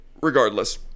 regardless